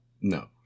No